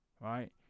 right